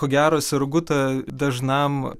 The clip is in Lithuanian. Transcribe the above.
ko gero sergu ta dažnam